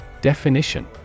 Definition